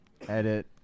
Edit